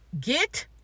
Get